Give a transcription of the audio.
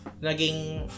naging